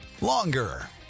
longer